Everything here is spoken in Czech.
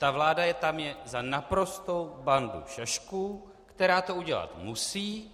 Ta vláda je tam za naprostou bandu šašků, která to udělat musí.